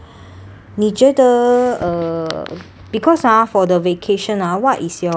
你觉得 uh because ah for the vacation ah what is your